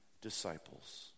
disciples